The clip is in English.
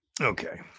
Okay